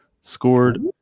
scored